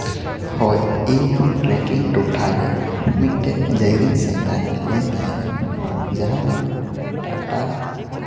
ᱦᱳᱭ ᱤᱧ ᱦᱚᱸ ᱴᱨᱮᱠᱤᱝ ᱴᱚᱴᱷᱟ ᱨᱮ ᱢᱤᱫᱴᱮᱡ ᱡᱟᱭᱜᱟᱧ ᱥᱮᱱ ᱞᱮᱱᱟ ᱡᱟᱦᱟᱸ ᱫᱚ ᱴᱟᱴᱟ